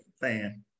fan